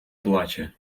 плаче